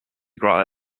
gras